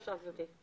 בבקשה.